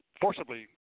forcibly